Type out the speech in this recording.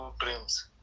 dreams